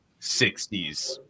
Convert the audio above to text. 60s